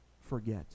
forget